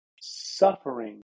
suffering